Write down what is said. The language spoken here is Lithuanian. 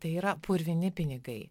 tai yra purvini pinigai